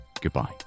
goodbye